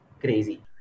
crazy